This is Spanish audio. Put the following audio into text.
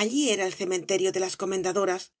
allí era el cementerio de las comendadoras